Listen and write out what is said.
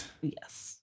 yes